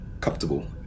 comfortable